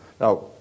Now